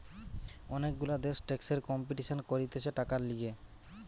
অনেক গুলা দেশ ট্যাক্সের কম্পিটিশান করতিছে টাকার লিগে